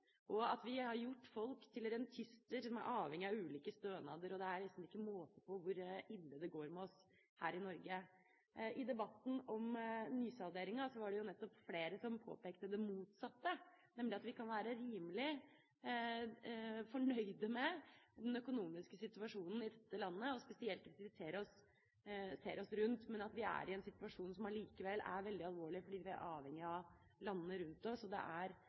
og at vi har gjort folk til rentenister som er avhengig av ulike stønader – det er liksom ikke måte på hvor ille det går med oss her i Norge. I debatten om nysalderinga var det jo flere som påpekte nettopp det motsatte, nemlig at vi kan være rimelig fornøyde med den økonomiske situasjonen i dette landet, spesielt hvis vi ser oss rundt, men at vi er i en situasjon som allikevel er veldig alvorlig fordi vi er avhengig av landene rundt oss. Det er,